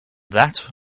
that